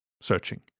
searching